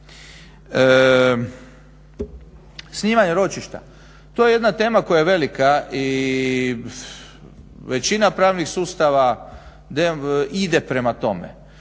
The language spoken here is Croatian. Snimanje ročišta, to je jedna tema koja je velika i većina pravnih sustava ide prema tome.